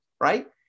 Right